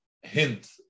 hint